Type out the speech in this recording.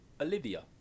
Olivia